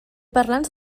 parlants